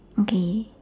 okay